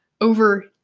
over